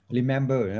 Remember